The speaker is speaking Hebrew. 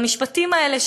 המשפטים האלה,